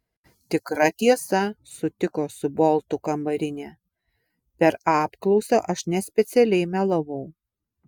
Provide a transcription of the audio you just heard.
tikra tiesa sutiko su boltu kambarinė per apklausą aš nespecialiai melavau